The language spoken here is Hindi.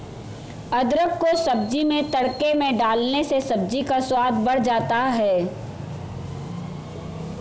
अदरक को सब्जी में तड़के में डालने से सब्जी का स्वाद बढ़ जाता है